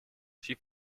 she